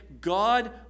God